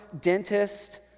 dentist